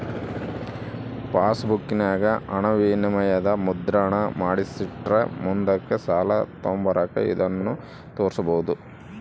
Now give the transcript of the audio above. ಪಾಸ್ಬುಕ್ಕಿನಾಗ ಹಣವಿನಿಮಯದ ಮುದ್ರಣಾನ ಮಾಡಿಸಿಟ್ರ ಮುಂದುಕ್ ಸಾಲ ತಾಂಬಕಾರ ಇದನ್ನು ತೋರ್ಸ್ಬೋದು